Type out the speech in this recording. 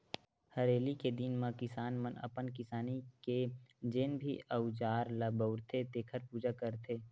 हरेली के दिन म किसान मन अपन किसानी के जेन भी अउजार ल बउरथे तेखर पूजा करथे